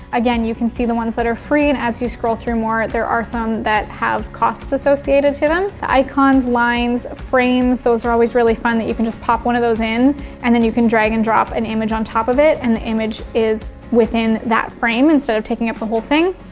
again, you can see the ones that are free and as you scroll through more there are some that have costs associated to them. the icons, lines, frames, those are always really fun that you can just pop one of those in and then you can drag and drop an image on top of it and the image is within that frame instead of taking up the whole thing.